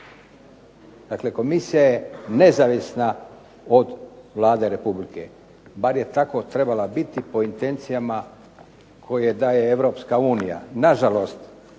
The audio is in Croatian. Dakle, komisija je nezavisna od Vlade Republike bar je tako trebala biti po intencijama koje daje Europska unija. Nažalost,